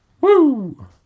Woo